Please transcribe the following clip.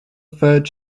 third